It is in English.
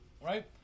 right